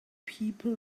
people